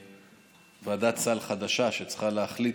ועדת סל חדשה שצריכה להחליט,